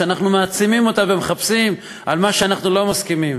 אנחנו מעצימים אותם ומחפשים על מה אנחנו לא מסכימים.